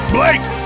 Blake